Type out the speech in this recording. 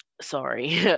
sorry